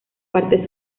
partes